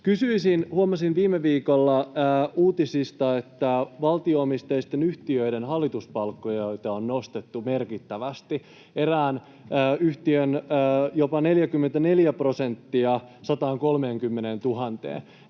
huomasin viime viikolla uutisista, että valtio-omisteisten yhtiöiden hallituspalkkioita on nostettu merkittävästi, erään yhtiön jopa 44 prosenttia 130